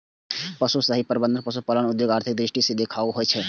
पशुक सही प्रबंधन सं पशुपालन उद्योग आर्थिक दृष्टि सं टिकाऊ होइ छै